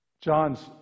John's